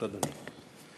כהן, אראל מרגלית,